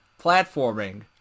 platforming